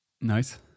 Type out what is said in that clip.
nice